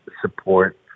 support